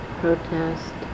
protest